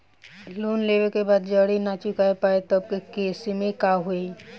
Loan लेवे के बाद जड़ी ना चुका पाएं तब के केसमे का होई?